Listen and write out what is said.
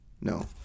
no